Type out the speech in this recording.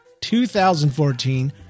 2014